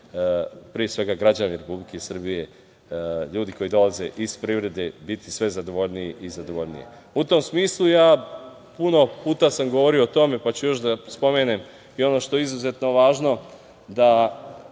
pre svega, građani Republike Srbije, ljudi koji dolaze iz privrede biti sve zadovoljniji i zadovoljniji.U tom smislu, ja puno puta sam govorio o tome, pa ću još da spomenem i ono što je izuzetno važno da